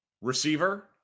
receiver